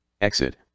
Exit